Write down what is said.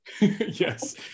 Yes